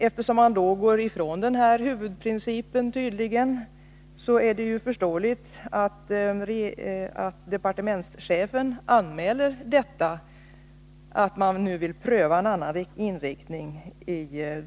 Eftersom man nu tydligen vill gå ifrån den här huvudprincipen, är det förståeligt att departementschefen i budgetpropositionen anmäler att man nu vill pröva en annan inriktning.